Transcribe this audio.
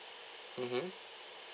mmhmm